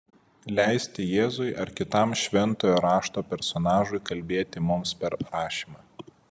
leisti jėzui ar kitam šventojo rašto personažui kalbėti mums per rašymą